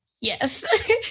Yes